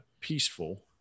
peaceful